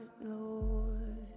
Lord